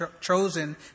chosen